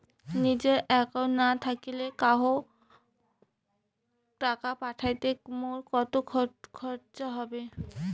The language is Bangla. নিজের একাউন্ট না থাকিলে কাহকো টাকা পাঠাইতে মোর কতো খরচা হবে?